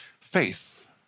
faith